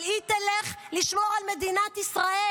אבל היא תלך לשמור על מדינת ישראל.